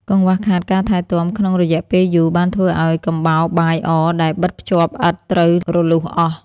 កង្វះខាតការថែទាំក្នុងរយៈពេលយូរ បានធ្វើឱ្យកំបោរបាយអដែលបិទភ្ជាប់ឥដ្ឋត្រូវរលុះអស់។